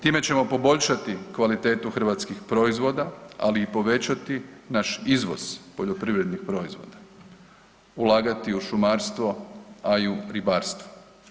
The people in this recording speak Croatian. Time ćemo poboljšati kvalitetu hrvatskih proizvoda ali i povećati naš izvoz poljoprivrednih proizvoda, ulagati u šumarstvo, a i u ribarstvo.